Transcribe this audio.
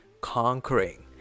conquering